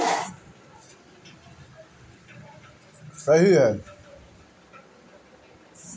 dahlia सूर्यकुल के पौधा हवे